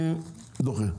אני דוחה.